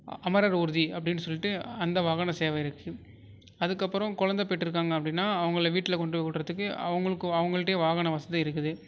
அமரர் ஊர்தி அப்படின் சொல்லிவிட்டு அந்த வாகன சேவை இருக்குது அதுக்கப்புறம் குழந்த பெற்றிருக்காங்க அப்படின்னா அவங்கள வீட்டில் கொண்டு விடுறத்துக்கு அவங்களுக்கு அவங்கள்ட்டே வாகன வசதி இருக்குது